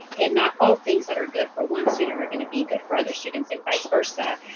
and not all things that are good for one student are going to be good for other students and vice versa.